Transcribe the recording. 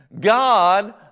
God